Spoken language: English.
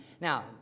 Now